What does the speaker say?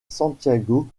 santiago